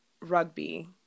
rugby